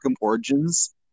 origins